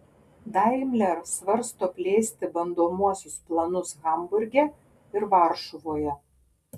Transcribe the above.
daimler svarsto plėsti bandomuosius planus hamburge ir varšuvoje